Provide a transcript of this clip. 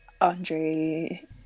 Andre